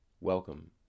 Welcome